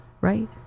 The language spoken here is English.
right